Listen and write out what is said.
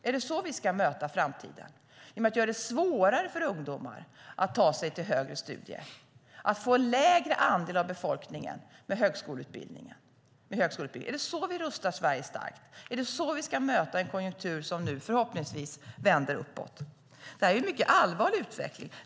Är det så vi ska möta framtiden, genom att göra det svårare för ungdomar att ta sig till högre studier, genom att få en lägre andel av befolkningen som har högskoleutbildning? Är det så vi rustar Sverige starkt? Är det så vi ska möta en konjunktur som nu förhoppningsvis vänder uppåt? Det här är en mycket allvarlig utveckling.